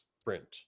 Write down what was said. sprint